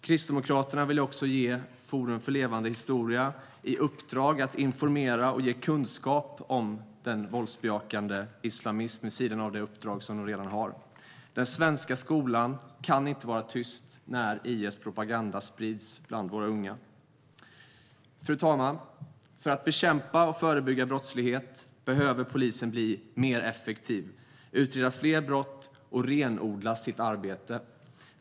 Kristdemokraterna vill också ge Forum för levande historia i uppdrag att informera och ge kunskap om den våldsbejakande islamismen, vid sidan av det uppdrag som de redan har. Den svenska skolan kan inte vara tyst när IS propaganda sprids bland våra unga. Fru talman! För att bekämpa och förebygga brottslighet behöver polisen bli mer effektiv, utreda fler brott och renodla sitt arbete.